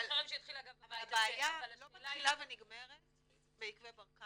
זה חרם שהתחיל אגב ב- -- אבל הבעיה לא מתחילה ונגמרת ביקבי ברקן.